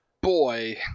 Boy